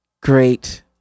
Great